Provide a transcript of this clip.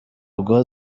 ubwo